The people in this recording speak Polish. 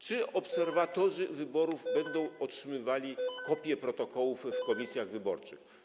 Czy obserwatorzy wyborów będą otrzymywali kopię protokołów w komisjach wyborczych?